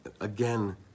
again